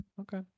Okay